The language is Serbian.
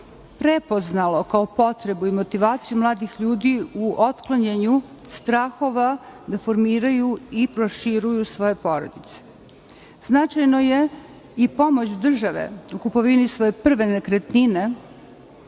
prepoznalo kao potrebu i motivaciju mladih ljudi u otklanjanju strahova da formiraju i proširuju svoje porodice. Značajna je i pomoć države u kupovini svoje prve nekretnine